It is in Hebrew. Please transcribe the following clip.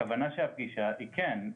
הכוונה של הפגישה היא כן,